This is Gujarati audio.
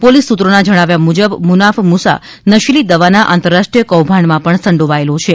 પોલિસ સૂત્રોના જણાવ્યા મૂજબ મુનાફ મુસા નશીલી દવાના આંતરરાષ્ટ્રીય કૌભાડમાં પણ સંડોવાયેલો છે